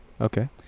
Okay